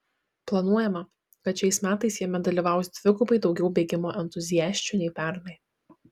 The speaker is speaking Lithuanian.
planuojama kad šiais metais jame dalyvaus dvigubai daugiau bėgimo entuziasčių nei pernai